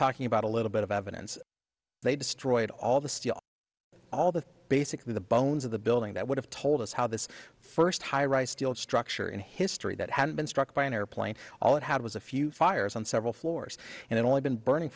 talking about a little bit of evidence they destroyed all the steel all the basically the bones of the building that would have told us how this first high rise steel structure in history that had been struck by an airplane all it had was a few fires on several floors and it only been burning